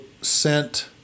sent